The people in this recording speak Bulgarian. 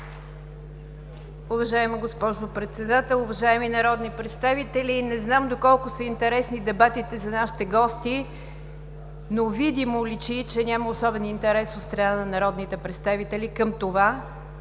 Уважаема, госпожо Председател, уважаеми народни представители! Не знам доколко са интересни дебатите за нашите гости, но видимо личи, че няма особен интерес от страна на народните представители към това